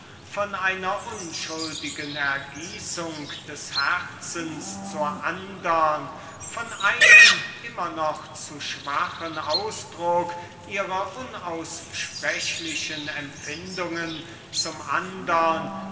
von einer unschuldigen ergießung des herzens zur andern von einem immer noch zu schwachen ausdruck ihrer unaussprechlichen empfindungen zum andern